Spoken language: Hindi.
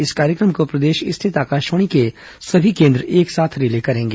इस कार्यक्रम को प्रदेश स्थित आकाशवाणी के सभी केन्द्र एक साथ रिले करेंगे